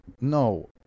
No